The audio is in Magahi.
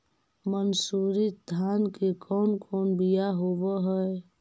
मनसूरी धान के कौन कौन बियाह होव हैं?